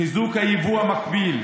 חיזוק היבוא המקביל,